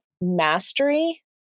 mastery